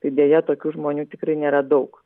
tai deja tokių žmonių tikrai nėra daug